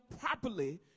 properly